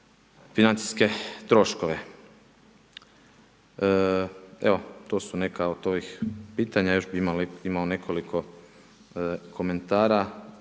financijske troškove. Evo to su neka od ovih pitanja, još bih imao nekoliko komentara,